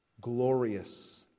Glorious